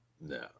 no